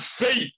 faith